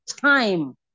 time